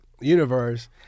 universe